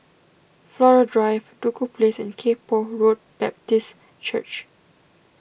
Flora Drive Duku Place and Kay Poh Road Baptist Church